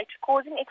causing